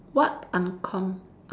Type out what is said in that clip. what uncom~